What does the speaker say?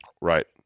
Right